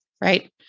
right